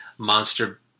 Monster